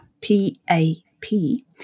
P-A-P